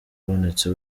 ubonetse